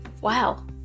Wow